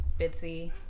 Bitsy